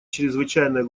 чрезвычайное